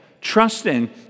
trusting